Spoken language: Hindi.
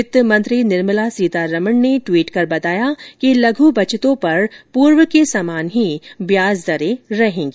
वित्त मंत्री निर्मला सीतारमण ने बताया ट्वीट कर बताया कि लघु बचतों पर पूर्व के समान ही ब्याज दरें रहेंगी